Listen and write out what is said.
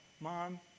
Mom